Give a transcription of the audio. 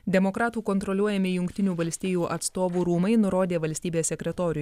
demokratų kontroliuojami jungtinių valstijų atstovų rūmai nurodė valstybės sekretoriui